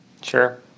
Sure